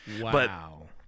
Wow